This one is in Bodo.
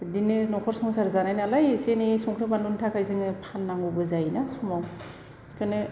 बिदिनो न'खर संसार जानाय नालाय एसे एनै संख्रि बानलुनि थाखाय जोंङो फान्नांगौबो जायोना समाव बेखौनो